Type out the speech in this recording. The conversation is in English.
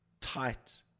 tight